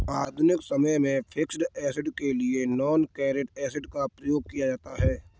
आधुनिक समय में फिक्स्ड ऐसेट के लिए नॉनकरेंट एसिड का प्रयोग किया जाता है